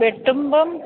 വെട്ടുമ്പം